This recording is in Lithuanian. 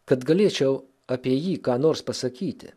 kad galėčiau apie jį ką nors pasakyti